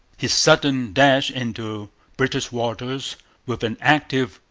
his sudden dash into british waters with an active,